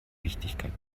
wichtigkeit